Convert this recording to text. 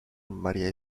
maría